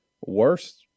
worse